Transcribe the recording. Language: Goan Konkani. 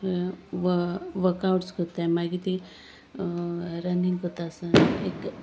व वर्क आवट्स कोत्ताय मागीर तें रनिंग कोत्ता आसतोना एक